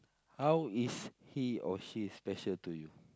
how is he or she special to you